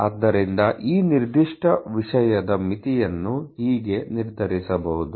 ಆದ್ದರಿಂದ ಈ ನಿರ್ದಿಷ್ಟ ವಿಷಯದ ಮಿತಿಯನ್ನು ಹೇಗೆ ನಿರ್ಧರಿಸಬಹುದು